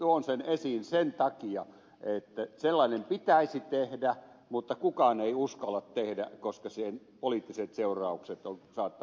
tuon sen esiin sen takia että sellainen pitäisi tehdä mutta kukaan ei uskalla tehdä koska sen poliittiset seuraukset saattavat olla kohtalokkaat